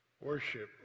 worship